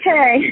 Okay